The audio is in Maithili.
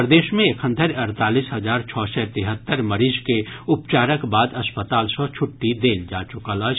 प्रदेश मे एखन धरि अड़तालीस हजार छओ सय तिहत्तरि मरीज के उपचारक बाद अस्पताल सँ छुट्टी देल जा चुकल अछि